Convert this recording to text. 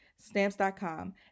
stamps.com